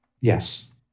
Yes